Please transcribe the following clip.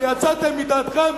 יצאתם מדעתכם,